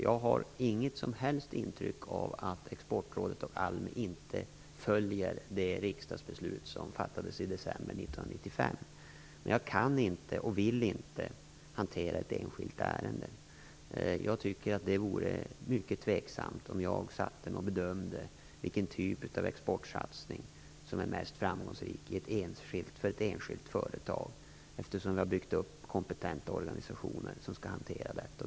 Jag har inget som helst intryck av att Exportrådet och ALMI inte följer det riksdagsbeslut som fattades i december 1995. Men jag kan inte och vill inte kommentera ett enskilt ärende. Jag tycker att det vore mycket tveksamt om jag satt och bedömde vilken typ av exportsatsning som är mest framgångsrik för ett enskilt företag, när vi har byggt upp kompetenta organisationer som skall hantera detta.